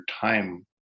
time